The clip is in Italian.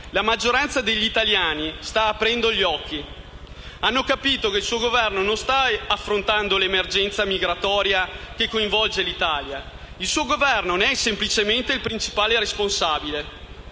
la maggioranza degli italiani sta aprendo gli occhi. Hanno capito che il suo Governo non sta affrontando l'emergenza migratoria che interessa l'Italia; il suo Governo ne è semplicemente il principale responsabile.